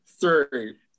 three